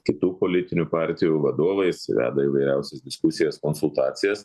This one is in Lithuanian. kitų politinių partijų vadovais veda įvairiausias diskusijas konsultacijas